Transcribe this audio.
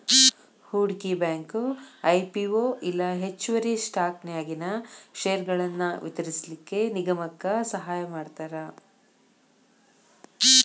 ಹೂಡ್ಕಿ bank IPO ಇಲ್ಲಾ ಹೆಚ್ಚುವರಿ ಸ್ಟಾಕನ್ಯಾಗಿನ್ ಷೇರ್ಗಳನ್ನ ವಿತರಿಸ್ಲಿಕ್ಕೆ ನಿಗಮಕ್ಕ ಸಹಾಯಮಾಡ್ತಾರ